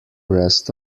rest